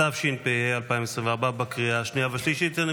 התשפ"ה 2024, לקריאה השנייה והשלישית.